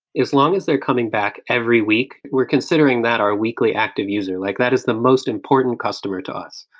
as long as they're coming back every week, we're considering that our weekly active user. like that is the most important customer to us.